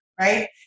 right